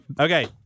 Okay